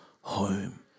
home